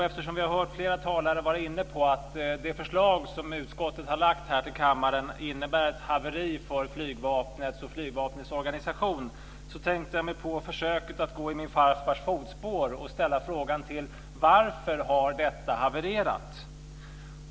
Eftersom vi har hört flera talare vara inne på att det förslag som utskottet har lagt fram till kammaren innebär ett haveri för flygvapnet och dess organisation tänkte jag försöka gå i min farfars fotspår och ställa frågan varför detta har havererat.